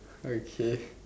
okay